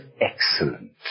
excellent